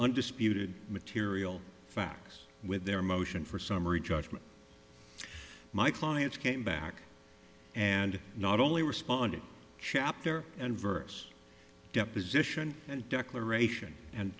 undisputed material facts with their motion for summary judgment my clients came back and not only responded chapter and verse deposition and declaration and